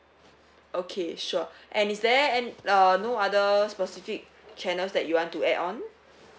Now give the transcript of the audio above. okay sure and is there an~ uh no other specific channels that you want to add on